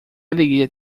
alegria